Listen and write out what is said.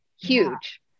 Huge